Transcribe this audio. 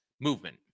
movement